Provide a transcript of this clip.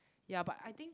ya but I think